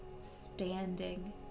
standing